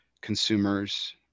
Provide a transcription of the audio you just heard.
consumers